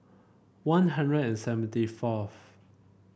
One Hundred and seventy fourth